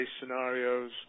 scenarios